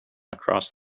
across